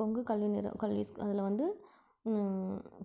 கொங்கு கல்வி நிறு கல்வி அதில் வந்து